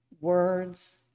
words